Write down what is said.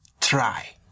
try